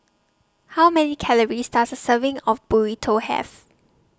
How Many Calories Does A Serving of Burrito Have